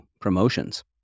promotions